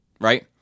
Right